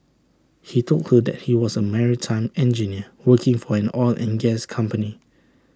he told her that he was A maritime engineer working for an oil and gas company